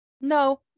no